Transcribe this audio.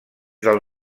del